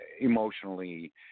emotionally